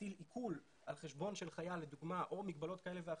להטיל עיקול על חשבון של חייל לדוגמא או מגבלות כאלה ואחרות,